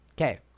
Okay